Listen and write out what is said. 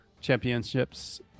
championships